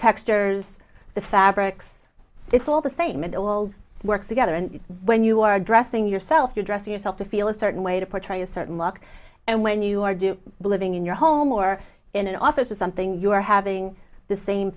textures the fabrics it's all the same it all works together and when you are addressing yourself you dress yourself to feel a certain way to portray a certain luck and when you are do living in your home or in an office or something you are having the same